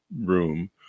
room